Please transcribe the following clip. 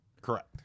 Correct